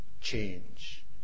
change